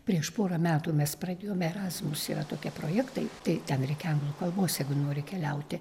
prieš porą metų mes pradėjom erasmus yra tokie projektai tai ten reikia anglų kalbos jeigu nori keliauti